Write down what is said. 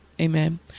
amen